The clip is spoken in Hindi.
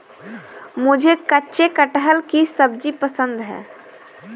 मुझे कच्चे कटहल की सब्जी पसंद है